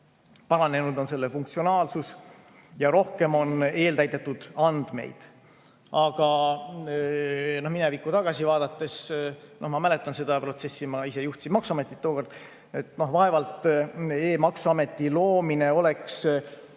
paranenud on selle funktsionaalsus ja rohkem on eeltäidetud andmeid. Aga minevikku tagasi vaadates – ma mäletan seda protsessi, ma ise juhtisin tookord maksuametit –, vaevalt et e‑maksuameti loomine oleks